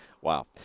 Wow